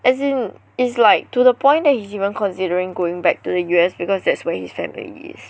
as in it's like to the point that he's even considering going back to the U_S because that's where his family is